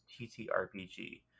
TTRPG